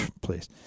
Please